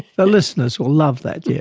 the listeners will love that, yeah,